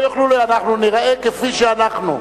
אנחנו ניראה כפי שאנחנו.